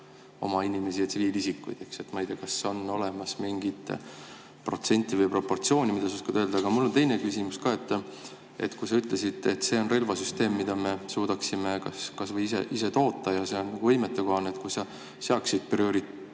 oma inimesi ja tsiviilisikuid. Ma ei tea, kas on olemas mingit protsenti või proportsiooni, mida sa oskaksid öelda. Aga mul on teine küsimus ka. Sa ütlesid, et see on relvasüsteem, mida me suudaksime kas või ise toota ja see on võimetekohane. Kas sa seaksid kuidagimoodi,